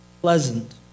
Pleasant